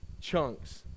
chunks